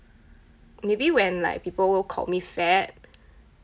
maybe when like people call me fat